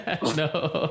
No